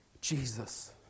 Jesus